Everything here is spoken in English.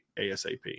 ASAP